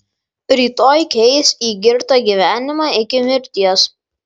rytoj keis į girtą gyvenimą iki mirties